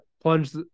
plunge